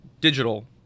digital